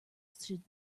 should